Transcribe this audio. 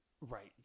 Right